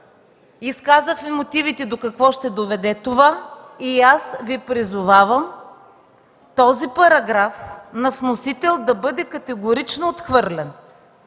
Казах в мотивите до какво ще доведе това и Ви призовавам този параграф на вносител да бъде категорично отхвърлен.